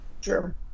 Sure